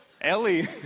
Ellie